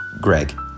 Greg